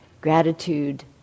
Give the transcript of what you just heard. Gratitude